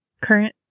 current